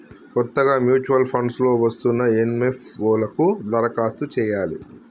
కొత్తగా mutual funds లో వస్తున్న ఎన్.ఎఫ్.ఓ లకు దరఖాస్తు చేయాలి